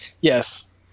Yes